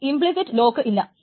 അതിൽ implicit lock ഇല്ല